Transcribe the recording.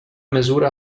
mesura